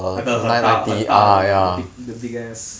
那个很大很大的 the big the big ass